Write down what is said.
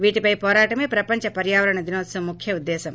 వీటిపై వోరాటమే ప్రపంచ పర్యావరణ దినోత్సవం ముఖ్య ఉద్దేశ్యం